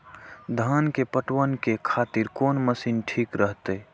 धान के पटवन के खातिर कोन मशीन ठीक रहते?